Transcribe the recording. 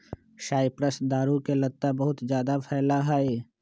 cypress दारू के लता बहुत जादा फैला हई